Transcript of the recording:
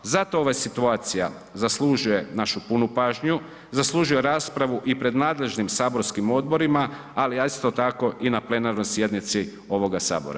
Zato ova situacija zaslužuje našu punu pažnju, zaslužuje raspravu i pred nadležnim saborskim odborima, ali isto tako i na plenarnoj sjednici ovoga Sabora.